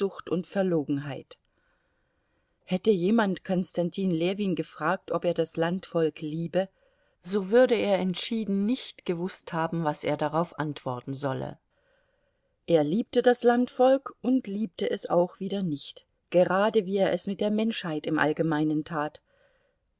und verlogenheit hätte jemand konstantin ljewin gefragt ob er das landvolk liebe so würde er entschieden nicht gewußt haben was er darauf antworten solle er liebte das landvolk und liebte es auch wieder nicht gerade wie er es mit der menschheit im allgemeinen tat